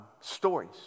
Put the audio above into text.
stories